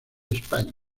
españa